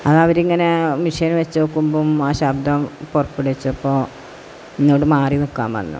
അത് അവർ ഇങ്ങന മെഷ്യൻ വച്ച് നോക്കുമ്പം ആ ശബ്ദം പുറപ്പെടുവിച്ചപ്പോൾ ഇങ്ങോട്ട് മാറി നിൽക്കാൻ പറഞ്ഞു